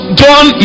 john